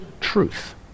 truth